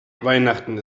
weihnachten